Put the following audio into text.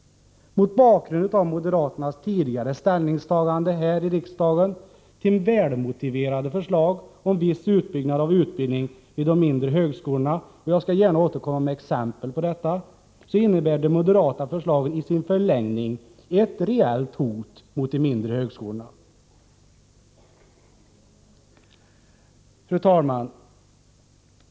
Mot bakgrund av moderaternas tidigare ställningstagande här i riksdagen till välmotiverade förslag om viss utbyggnad av utbildningen vid de mindre högskolorna — jag skall gärna återkomma med exempel på detta —- innebär de moderata förslagen i sin förlängning ett reellt hot mot de mindre högskolorna. Fru talman!